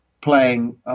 playing